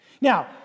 Now